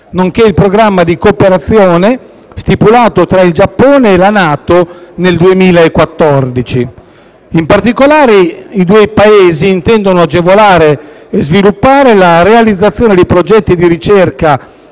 nonché il Programma di cooperazione stipulato tra il Giappone e la NATO nel 2014. In particolare, i due Paesi intendono agevolare e sviluppare la realizzazione di progetti di ricerca